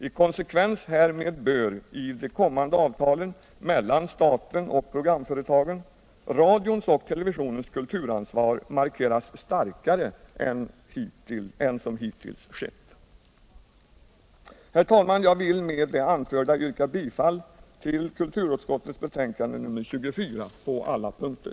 I konsekvens härmed bör i de kommande avtalen mellan staten och programföretagen radions och televisionens kulturansvar markeras starkare än som hittills skett. Herr talman! Jag vill med det anförda yrka bifall till kulturutskottets hemställan i dess betänkande nr 24 på alla punkter.